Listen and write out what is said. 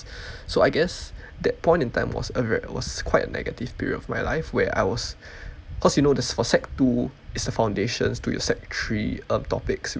so I guess that point in time was a ve~ was quite a negative period of my life where I was cause you know the for sec two is a foundation to your sec three um topics